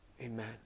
Amen